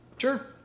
Sure